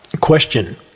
Question